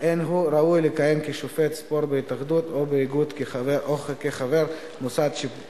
ובכלל זה הוראות לעניין התאחדויות ספורט ואיגודי ספורט.